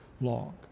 long